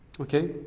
Okay